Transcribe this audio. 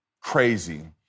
crazy